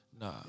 Nah